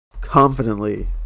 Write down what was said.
confidently